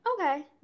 Okay